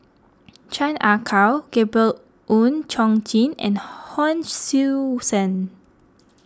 Chan Ah Kow Gabriel Oon Chong Jin and Hon Sui Sen